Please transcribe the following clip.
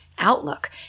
outlook